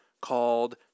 called